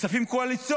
אלה כספים קואליציוניים.